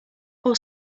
all